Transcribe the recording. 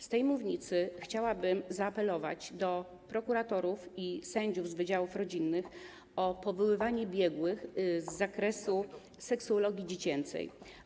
Z tej mównicy chciałabym zaapelować do prokuratorów i sędziów z wydziałów rodzinnych o powoływanie biegłych z zakresu seksuologii dziecięcej.